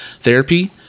therapy